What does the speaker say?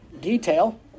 detail